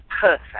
perfect